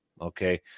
Okay